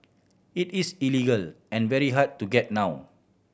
it is illegal and very hard to get now